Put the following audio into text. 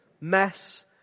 mess